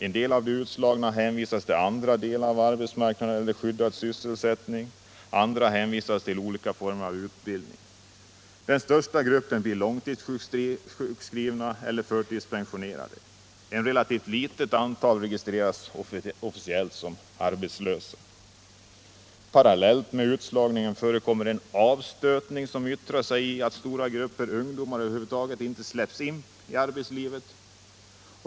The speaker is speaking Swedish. En del av de utslagna hänvisas till andra delar av arbetsmarknaden eller till skyddad sysselsättning, andra hänvisas till olika former av utbildning. Den största gruppen blir långtidssjukskrivna eller förtidspensionerade. Ett relativt litet antal människor registreras officiellt som arbetslösa. Parallellt med utslagningen förekommer en avstötning, som yttrar sig i att stora grupper ungdomar över huvud taget inte släpps in i arbetslivet.